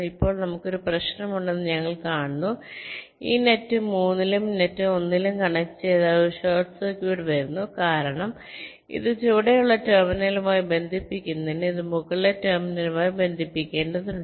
ഇപ്പോൾ നമുക്ക് ഒരു പ്രശ്നമുണ്ടെന്ന് ഞങ്ങൾ കാണുന്നു ഈ നെറ്റ് 3 ലും ഈ നെറ്റ് 1 ലും കണക്റ്റ് ചെയ്താൽ ഒരു ഷോർട്ട് സർക്യൂട്ട് വരുന്നു കാരണം ഇത് ചുവടെയുള്ള ടെർമിനലുമായി ബന്ധിപ്പിക്കുന്നതിന് ഇത് മുകളിലെ ടെർമിനലുമായി ബന്ധിപ്പിക്കേണ്ടതുണ്ട്